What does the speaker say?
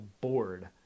bored